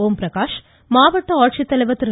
ஓம் பிரகாஷ் மவாட்ட ஆட்சித்தலைவர் திரு